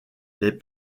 les